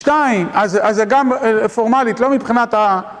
שניים, אז זה גם פורמלית, לא מבחינת ה...